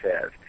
says